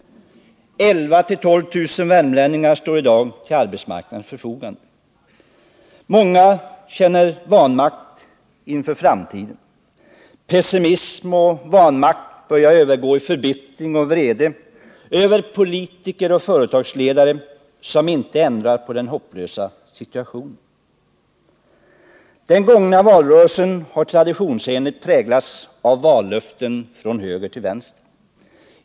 11 000-12 000 värmlänningar står i dag till arbetsmarknadens förfogande. Många känner vanmakt inför framtiden. Pessimism och vanmakt börjar övergå i förbittring och vrede över politiker och företagsledare som inte ändrar på den hopplösa situationen. Den gångna valrörelsen har traditionsenligt präglats av vallöften från höger till vänster.